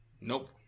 Nope